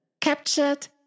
Captured